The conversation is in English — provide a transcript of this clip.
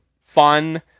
fun